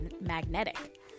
magnetic